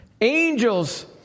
Angels